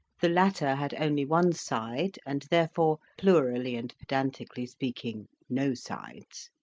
the latter had only one side, and therefore plurally and pedantically speaking no sides.